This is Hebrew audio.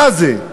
מה זה?